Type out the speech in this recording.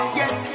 yes